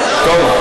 טוב,